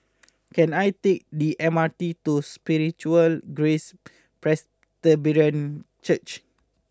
can I take the M R T to Spiritual Grace Presbyterian Church